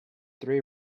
three